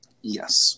Yes